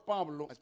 Pablo